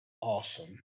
awesome